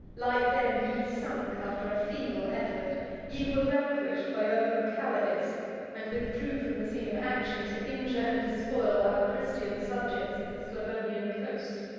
like them, ye sunk after a feeble effort ye were vanquished by your own cowardice and withdrew from the scene of action to injure and despoil our christian subjects of the sclavonian coast.